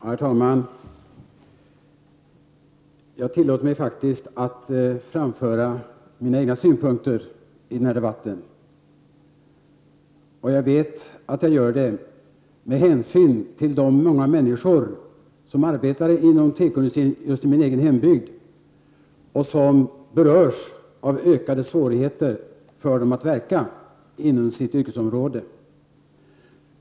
Herr talman! Jag tillåter mig faktiskt att i denna debatt framföra mina egna synpunkter. Jag gör det av hänsyn till de många människor som arbetar inom tekoindustrin just i min egen hembygd, människor som berörs av ökade svårigheter för dem att verka inom sitt yrkesområde.